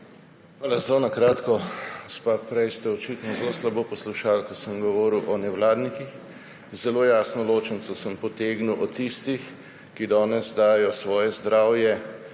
Hvala. Zelo na kratko. Gospa, prej ste očitno zelo slabo poslušali, ko sem govoril o nevladnikih. Zelo jasno ločnico sem potegnil o tistih, ki danes dajejo svoje zdravje